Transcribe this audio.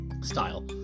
style